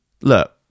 Look